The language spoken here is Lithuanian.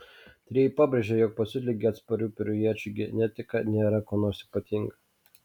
tyrėjai pabrėžia jog pasiutligei atsparių perujiečių genetika nėra kuo nors ypatinga